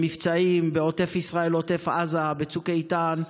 במבצעים בעוטף ישראל, עוטף עזה, בצוק איתן,